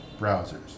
browsers